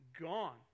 gone